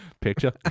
Picture